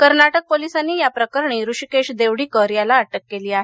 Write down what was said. कर्नाटक पोलसांनी या प्रकरणी ऋषीकेश देवडीकर याला अटक केली आहे